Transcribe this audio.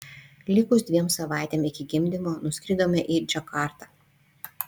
likus dviem savaitėm iki gimdymo nuskridome į džakartą